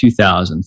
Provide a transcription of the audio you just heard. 2000